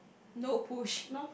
no push